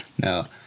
No